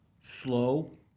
slow